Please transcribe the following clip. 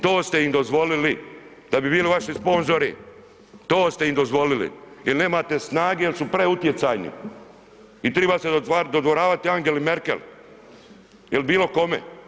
To ste im dozvolili da bi bili vaši sponzori, to ste im dozvolili jer nemate snage jer su preutjecajni i triba se dodvoravati Angeli Merkel il bilo kome.